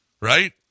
right